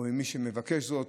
או מי שמבקש זאת,